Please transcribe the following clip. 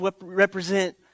represent